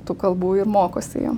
tų kalbų ir mokosi jie